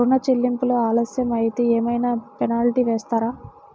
ఋణ చెల్లింపులు ఆలస్యం అయితే ఏమైన పెనాల్టీ వేస్తారా?